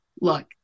look